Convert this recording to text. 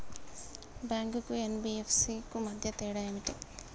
Bank కు NBFC కు మధ్య తేడా ఏమిటి?